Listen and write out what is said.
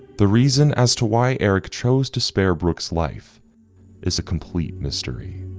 the reason as to why eric chose to spare brooks life is a complete mystery.